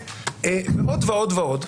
ועוד ועוד ועוד.